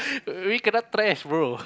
we kena trash bro